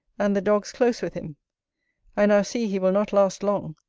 and the dogs close with him i now see he will not last long.